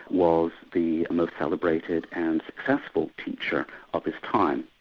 was the most celebrated and successful teacher of his time.